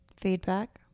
Feedback